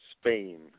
Spain